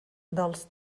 dels